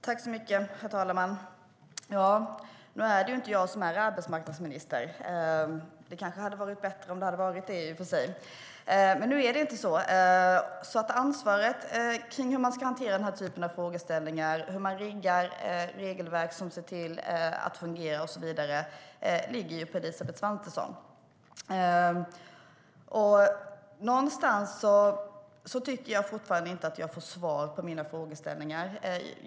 Herr talman! Nu är det inte jag som är arbetsmarknadsminister. Det kanske hade varit bättre om det hade varit så, i och för sig, men ansvaret för hur man ska hantera den här typen av frågeställningar om hur man riggar regelverk som fungerar och så vidare ligger på Elisabeth Svantesson. Jag tycker fortfarande att jag inte får svar på mina frågeställningar.